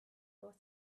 was